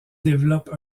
développe